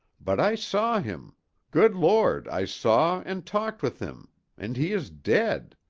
but i saw him good lord, i saw and talked with him and he is dead!